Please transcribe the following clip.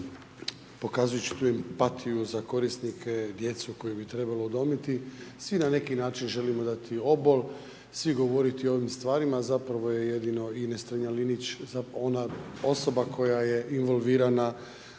pokazujući tu empatiju za korisnike, djecu koju bi trebalo udomiti, svi na neki način želimo dati obol, svi govoriti o ovim stvarima a zapravo je jedino Ines Strenja-Linić ona osoba koja je involvirana